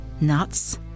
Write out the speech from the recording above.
nuts